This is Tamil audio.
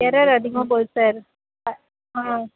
எரர் அதிகமாக போகுது சார் அ ஆ